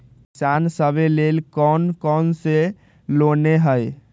किसान सवे लेल कौन कौन से लोने हई?